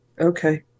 Okay